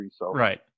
right